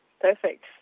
perfect